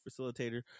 facilitator